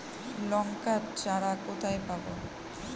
লঙ্কার চারা কোথায় পাবো?